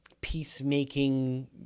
peacemaking